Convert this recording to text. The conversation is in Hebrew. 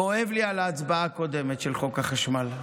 כואב לי על ההצבעה הקודמת של חוק החשמל.